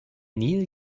nil